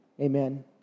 Amen